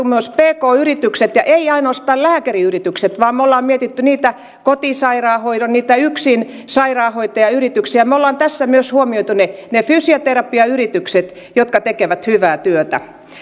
myös pk yritykset emmekä ainoastaan lääkäriyrityksiä vaan me olemme miettineet niitä kotisairaanhoidon yrityksiä niitä yksin sairaanhoitajayrityksiä me olemme tässä huomioineet myös ne ne fysioterapiayritykset jotka tekevät hyvää työtä